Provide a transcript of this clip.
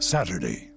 Saturday